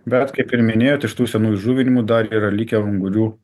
bet kaip ir minėjot iš tų senųjų įžuvinimų dar yra likę ungurių